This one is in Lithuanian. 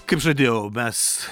kaip žadėjau mes